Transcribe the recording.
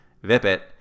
VIPIT